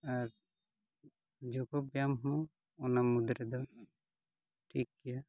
ᱟᱨ ᱡᱚᱜᱽ ᱵᱮᱭᱟᱢ ᱦᱚᱸ ᱚᱱᱟ ᱢᱩᱫᱽᱨᱮ ᱫᱚ ᱴᱷᱤᱠ ᱜᱮᱭᱟ